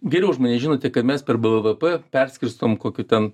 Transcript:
geriau už mane žinote ką mes per bvp perskirstom kokių ten